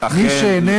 אולי תוכל להסביר לנו